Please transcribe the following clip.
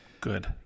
Good